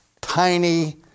tiny